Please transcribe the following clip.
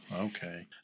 okay